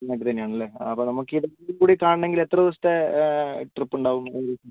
വായനാട്ടിൽ തന്നെയാണല്ലേ അപ്പോൾ നമുക്ക് ഇതൊക്കെക്കൂടി കാണണമെങ്കിൽ എത്ര ദിവസത്തെ ട്രിപ്പ് ഉണ്ടാവും ഏകദേശം